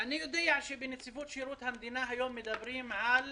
שבנציבות שירות המדינה מדברים היום על